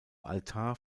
altar